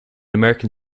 american